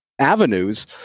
avenues